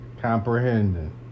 Comprehending